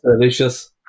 delicious